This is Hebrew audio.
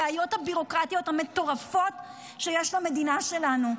בבעיות הביורוקרטיות המטורפות שיש למדינה שלנו.